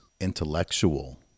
intellectual